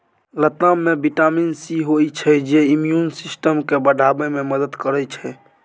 लताम मे vitamin C होइ छै जे इम्युन सिस्टम केँ बढ़ाबै मे मदद करै छै